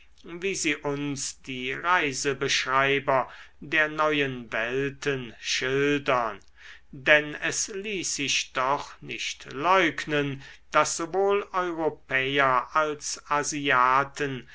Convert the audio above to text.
wie sie uns die reisebeschreiber der neuen welten schildern denn es ließ sich doch nicht leugnen daß sowohl europäer als asiaten